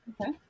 Okay